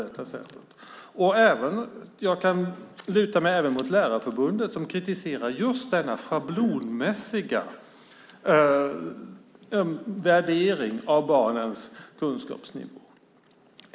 Jag kan även luta mig mot Lärarförbundet, som kritiserar denna schablonmässiga värdering av barnens kunskapsnivå.